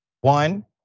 one